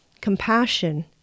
compassion